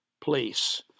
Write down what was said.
place